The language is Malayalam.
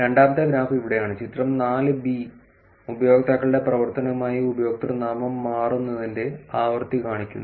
രണ്ടാമത്തെ ഗ്രാഫ് ഇവിടെയാണ് ചിത്രം 4 ബി ഉപയോക്താക്കളുടെ പ്രവർത്തനവുമായി ഉപയോക്തൃനാമം മാറുന്നതിന്റെ ആവൃത്തി കാണിക്കുന്നു